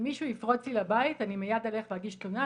אם מישהו יפרוץ לי לבית אני מיד אלך ואגיש תלונה,